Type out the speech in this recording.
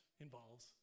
involves